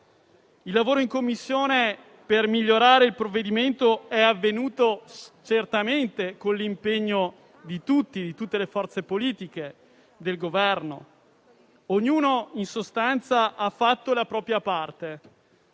Il lavoro in Commissione per migliorare il provvedimento è avvenuto certamente con l'impegno di tutti, di tutte le forze politiche e del Governo. Ognuno in sostanza ha fatto la propria parte.